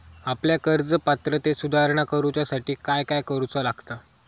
आपल्या कर्ज पात्रतेत सुधारणा करुच्यासाठी काय काय करूचा लागता?